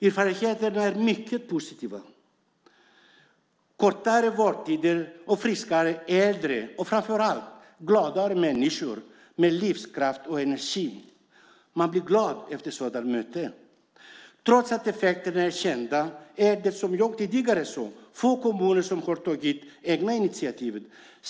Erfarenheterna är mycket positiva - kortare vårdtider, friskare äldre och framför allt gladare människor med livskraft och energi. Man blir glad efter sådana möten. Trots att effekterna är kända är det, som jag sagt tidigare, få kommuner som har tagit egna initiativ.